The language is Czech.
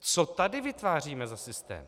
Co tady vytváříme za systém?